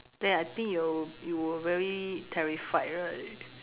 then I think you you were very terrified right